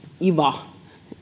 iva